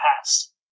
past